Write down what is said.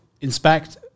inspect